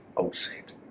outside